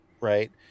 right